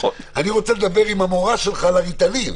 אני רוצה לדבר עם המורה שלך על הריטלין.